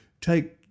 take